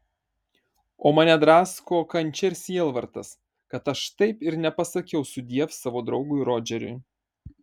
o mane drasko kančia ir sielvartas kad aš taip ir nepasakiau sudiev savo draugui rodžeriui